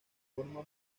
forma